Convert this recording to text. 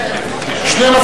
נתקבלה.